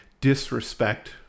disrespect